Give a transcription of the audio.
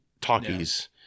talkies